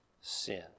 sin